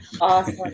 Awesome